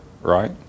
right